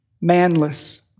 manless